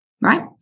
Right